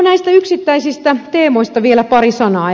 näistä yksittäisistä teemoista vielä pari sanaa